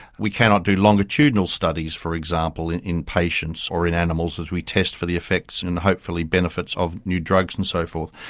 we cannot do longitudinal studies, for example, in in patients or in animals as we test for the effects and hopefully benefits of new drugs and so forth.